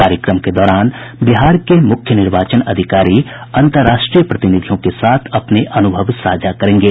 कार्यक्रम के दौरान बिहार के मुख्य निर्वाचन अधिकारी अंतर्राष्ट्रीय प्रतिनिधियों के साथ अपने अनुभव साझा करेंगे